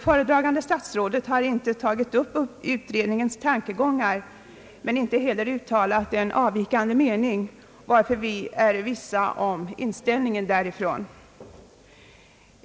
Föredragande statsrådet har inte tagit upp utredningens tankegångar men inte heller uttalat en avvikande mening, varför vi är ovissa om inställningen därifrån.